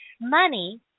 money